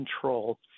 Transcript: control